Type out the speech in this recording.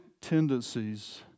tendencies